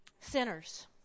Sinners